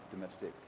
domestic